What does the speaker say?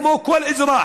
כמו לכל אזרח,